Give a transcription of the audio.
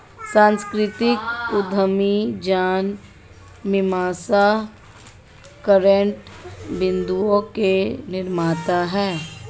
सांस्कृतिक उद्यमी ज्ञान मीमांसा केन्द्र बिन्दुओं के निर्माता हैं